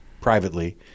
privately